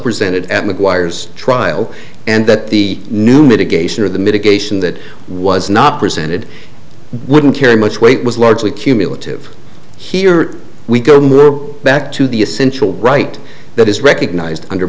presented at mcguire's trial and that the new mitigation of the mitigation that was not presented wouldn't carry much weight was largely cumulative here we go back to the essential right that is recognized under